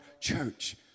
church